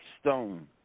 stone